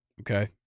Okay